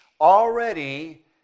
Already